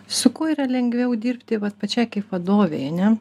su kuo yra lengviau dirbti vat pačiai kaip vadovei ar ne